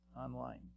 online